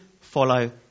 follow